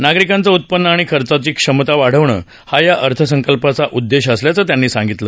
नागरिकांचं उत्पन्न आणि खर्चाची क्षमता वाढवणं हा या अर्थसंकल्पाचा उददेश असल्याचं त्यांनी सांगितलं